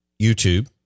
YouTube